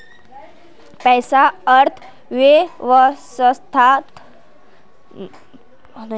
पैसा अर्थवैवस्थात विनिमयेर साधानेर तरह काम करोहो